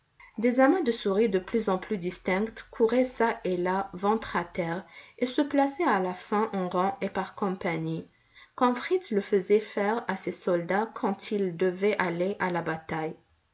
des amas de souris de plus en plus distinctes couraient çà et là ventre à terre et se plaçaient à la fin en rang et par compagnie comme fritz le faisait faire à ses soldats quand ils devaient aller à la bataille